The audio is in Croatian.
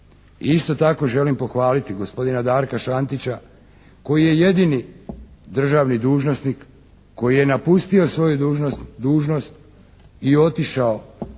isto tako želim pohvaliti gospodina Darka Šantića koji je jedini državni dužnosnik koji je napustio svoju dužnost i otišao kad je